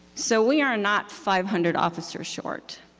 so we are not five hundred officers short.